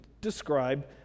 describe